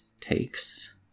takes